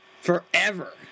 forever